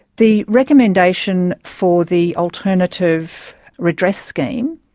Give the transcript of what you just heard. the recommendation for the alternative redress scheme,